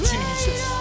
Jesus